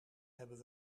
hebben